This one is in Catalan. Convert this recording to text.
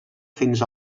fins